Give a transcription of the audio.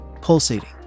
pulsating